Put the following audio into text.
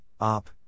OP